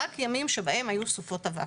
רק ימים שבהם היו סופות אבק.